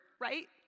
right